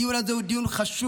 הדיון הזה הוא דיון חשוב,